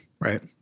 right